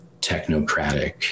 technocratic